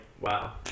Wow